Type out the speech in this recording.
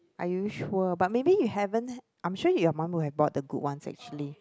are you sure but maybe you haven't I'm sure your mum would have bought the good one actually